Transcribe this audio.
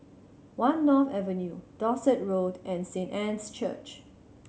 One North Avenue Dorset Road and Saint Anne's Church